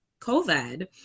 COVID